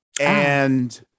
and-